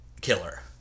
killer